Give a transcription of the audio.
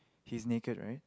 he is naked right